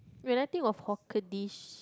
when I think of hawker dish